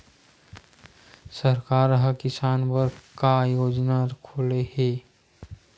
सरकार ह किसान बर का योजना खोले हे?